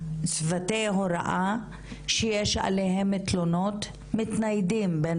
צוותי הוראה שיש עליהם תלונות מתניידים בין